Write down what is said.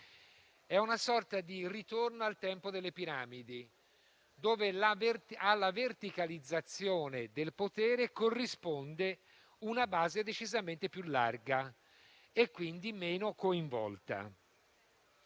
È una sorta di ritorno al tempo delle piramidi, dove alla verticalizzazione del potere corrisponde una base decisamente più larga e quindi meno coinvolta.